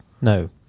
No